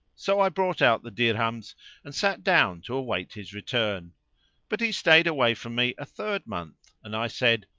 so i brought out the dirhams and sat down to await his return but he stayed away from me a third month, and i said,